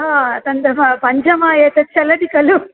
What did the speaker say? ह तन्दम पञ्चमः एतत् चलति खलु